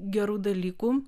gerų dalykų